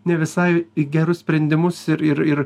ne visai gerus sprendimus ir